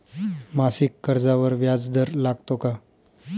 मासिक कर्जावर व्याज दर लागतो का?